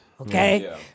Okay